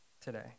today